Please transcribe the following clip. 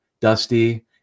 Dusty